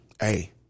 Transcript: hey